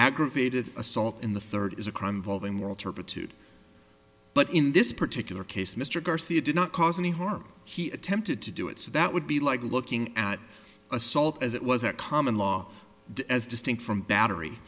aggravated assault in the third is a crime involving moral turpitude but in this particular case mr garcia did not cause any harm he attempted to do it so that would be like looking at assault as it was a common law as distinct from battery